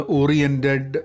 oriented